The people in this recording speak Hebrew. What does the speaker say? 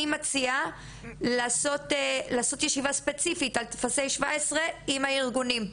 אני מציעה לעשות ישיבה ספציפית על טפסי 17 עם הארגונים.